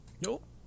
nope